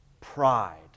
pride